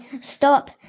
Stop